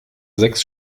sechs